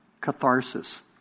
catharsis